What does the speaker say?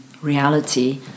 reality